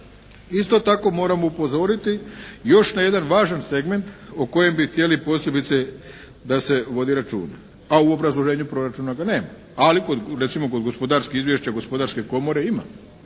Isto tako moramo upozoriti još na jedan važan segment o kojem bi htjeli posebice da se vodi računa, a u obrazloženju proračuna ga nema, ali recimo kod gospodarskih izvješća, gospodarske komore ima,